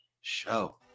show